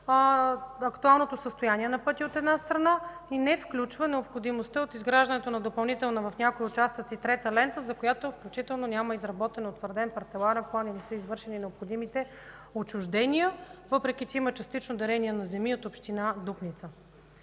актуалното състояние на пътя, не включва необходимостта от изграждането на допълнителна в някои участъци трета лента, за която няма изработен и утвърден парцеларен план, и не са извършени необходимите отчуждения, въпреки че има частично дарение на земи от Община Дупница.